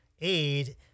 aid